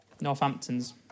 Northampton's